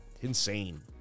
Insane